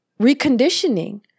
reconditioning